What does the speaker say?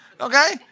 Okay